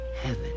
heaven